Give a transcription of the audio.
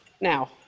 Now